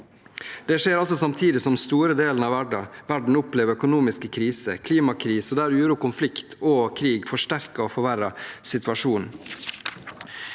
Det skjer altså samtidig som store deler av verden opplever økonomiske kriser og klimakriser og der uro, konflikt og krig forsterker og forverrer situasjonen.